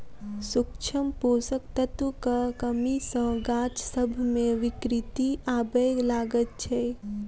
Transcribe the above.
सूक्ष्म पोषक तत्वक कमी सॅ गाछ सभ मे विकृति आबय लागैत छै